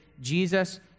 Jesus